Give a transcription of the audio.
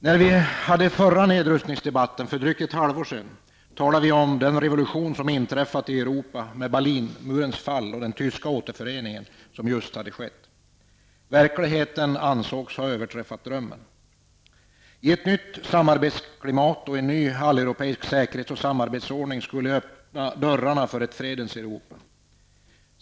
När vi förde den förra nedrustningsdebatten för drygt ett halvår sedan talade vi om den revolution som inträffat i Europa med Berlinmurens fall och den tyska återföreningen, som just hade skett. Verkligheten ansågs ha överträffat drömmen. Ett nytt samarbetsklimat och en ny alleuropeisk säkerhets och samarbetsordning skulle öppna dörrarna för ett fredens Europa.